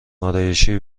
آرایشی